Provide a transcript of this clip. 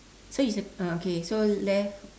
so it's a ah okay so left